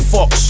Fox